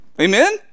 Amen